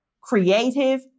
creative